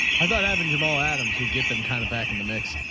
i thought i haven't, jamal adams would get them kind of back in the mix.